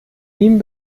ihm